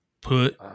put